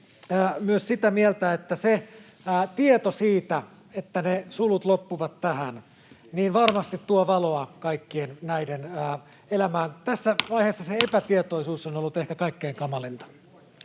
myös sitä mieltä, että se tieto siitä, että ne sulut loppuvat tähän, varmasti tuo valoa kaikkien näiden nuorten elämään. Tässä vaiheessa se epätietoisuus on ollut ehkä kaikkein kamalinta.